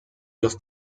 los